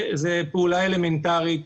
זו פעולה אלמנטרית.